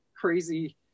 crazy